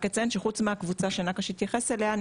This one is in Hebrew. רק אציין שחוץ מהקבוצה שנקש התייחס אליה,